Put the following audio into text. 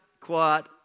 quiet